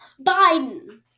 Biden